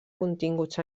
continguts